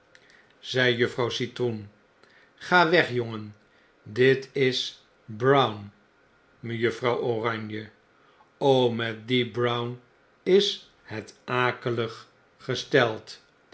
zei juffrouw citroen ga weg jongen ditis brown mejuffrouw oranje met dien brown is het akelig gesteld